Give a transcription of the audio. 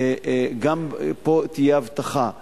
גם פה תהיה אבטחה.